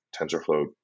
TensorFlow